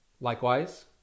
Likewise